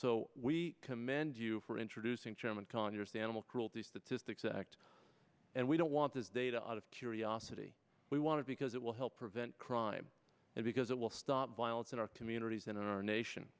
so we commend you for introducing chairman conyers the animal cruelty statistics act and we don't want this data out of curiosity we want to because it will help prevent crime and because it will stop violence in our communities and in our nation